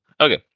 Okay